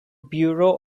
bureau